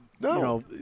No